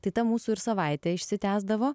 tai ta mūsų ir savaitė išsitęsdavo